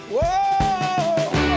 Whoa